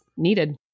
needed